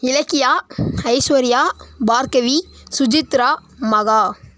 Ilakkiya Aishwarya Bhargavi Sujithra Maha